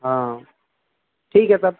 ہاں ٹھیک ہے تب